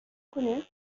connu